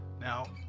Now